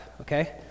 okay